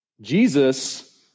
Jesus